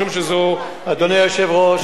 אדוני היושב-ראש,